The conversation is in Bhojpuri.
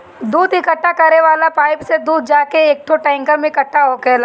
दूध इकट्ठा करे वाला पाइप से दूध जाके एकठो टैंकर में इकट्ठा होखेला